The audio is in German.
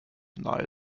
nahe